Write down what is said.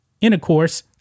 intercourse